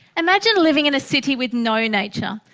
imagine living in a city with no nature,